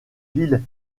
ville